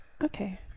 Okay